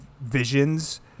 visions